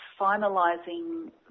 finalising